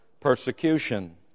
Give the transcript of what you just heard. persecution